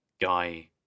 guy